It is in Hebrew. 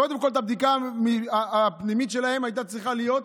קודם כול הבדיקה הפנימית שלהם הייתה צריכה להיות,